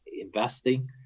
investing